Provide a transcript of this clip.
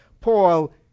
Paul